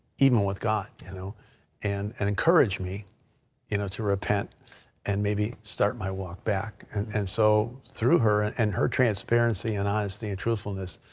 even with god you know and and encouraged me you know to repent and maybe start my walk back. and and so through her and and her transparency and honesty and truthfulness,